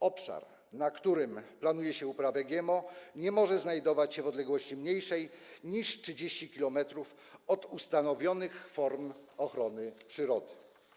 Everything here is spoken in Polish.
Obszar, na którym planuje się uprawę GMO, nie może znajdować się w odległości mniejszej niż 30 km od ustanowionych form ochrony przyrody.